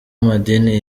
amadini